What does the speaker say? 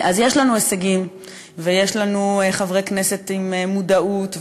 אז יש לנו הישגים ויש לנו חברי כנסת עם מודעות,